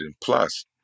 Plus